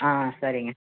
ஆ சரிங்க